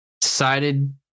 decided